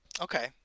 Okay